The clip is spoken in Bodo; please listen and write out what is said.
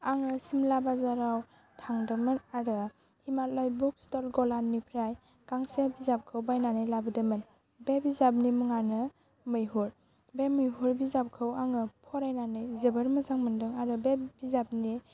आङो सिमला बाजाराव थांदोंमोन आरो हिमालय बुक्स स्तल गलानिफ्राय गांसे बिजाबखौ बायनानै लाबोदोंमोन बे बिजाबनि मुङानो मैहुर बे मैहुर बिजाबखौ आङो फरायनानै जोबोर मोजां मोन्दों आरो बे बिजाबनि